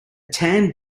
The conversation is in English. tan